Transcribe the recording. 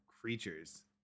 creatures